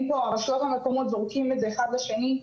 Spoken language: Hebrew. הרשויות המקומיות זורקים את זה מאחד לשני,